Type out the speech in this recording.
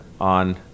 on